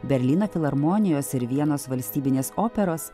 berlyno filharmonijos ir vienos valstybinės operos